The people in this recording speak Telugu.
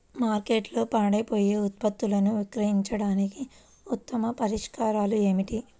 మార్కెట్లో పాడైపోయే ఉత్పత్తులను విక్రయించడానికి ఉత్తమ పరిష్కారాలు ఏమిటి?